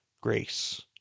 grace